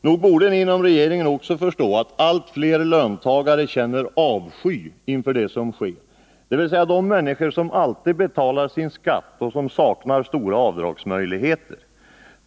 Nog borde ni inom regeringen också förstå att allt fler löntagare känner avsky inför det som sker. Jag tänker på de människor som alltid betalar sin skatt och som saknar möjligheter att göra stora avdrag.